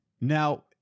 Now